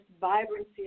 vibrancy